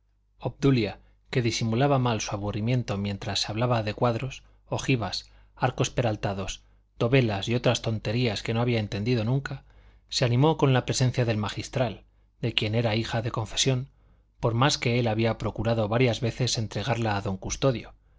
obdulia que disimulaba mal su aburrimiento mientras se hablaba de cuadros ojivas arcos peraltados dovelas y otras tonterías que no había entendido nunca se animó con la presencia del magistral de quien era hija de confesión por más que él había procurado varias veces entregarla a don custodio